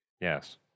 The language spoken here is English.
Yes